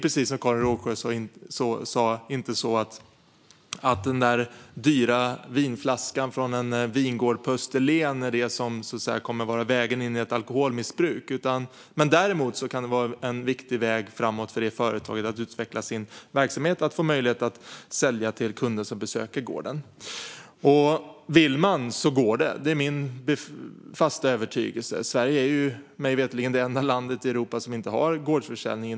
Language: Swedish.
Precis som Karin Rågsjö sa är det inte så att den där dyra vinflaskan från en vingård på Österlen är det som kommer att vara vägen in i ett alkoholmissbruk. Däremot kan den vara en viktig väg framåt för detta företag att utveckla sin verksamhet att få möjlighet att sälja till kunder som besöker gården. Vill man så går det. Det är min fasta övertygelse. Sverige är mig veterligen det enda landet inom EU som inte har gårdsförsäljning.